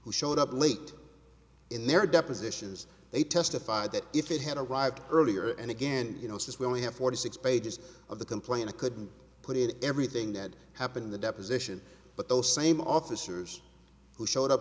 who showed up late in their depositions they testified that if it had arrived earlier and again you know since we only have forty six pages of the complain i couldn't put it in everything that happened in the deposition but those same officers who showed up